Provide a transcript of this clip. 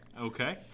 Okay